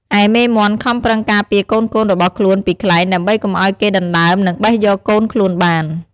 ឯមេមាន់ខំប្រឹងការពារកូនៗរបស់ខ្លួនពីខ្លែង ដើម្បីកុំឱ្យគេដណ្ដើមនិងបេះយកកូនខ្លួនបាន។